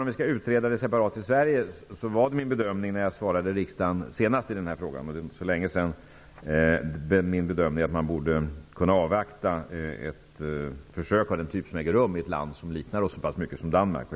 Om vi skall utreda frågan separat i Sverige, var min bedömning när jag besvarade frågan senast i riksdagen att man borde kunna avvakta den typ av försök som äger rum i ett land som liknar vårt så mycket som Danmark gör.